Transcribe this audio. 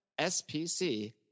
SPC